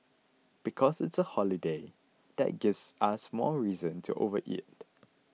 because it's a holiday that gives us more reason to overeat